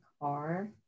car